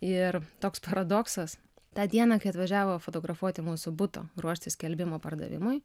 ir toks paradoksas tą dieną kai atvažiavo fotografuoti mūsų buto ruoštis skelbimo pardavimui